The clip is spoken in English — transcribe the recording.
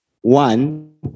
one